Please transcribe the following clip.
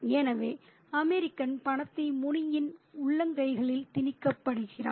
எனவே அமெரிக்கன் பணத்தை முனியின் உன் கைகளில் திணிக்கப் படுகிறான்